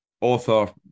author